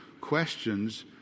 questions